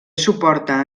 suporta